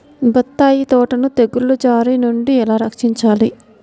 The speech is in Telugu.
బత్తాయి తోటను తెగులు బారి నుండి ఎలా రక్షించాలి?